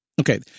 Okay